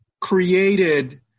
created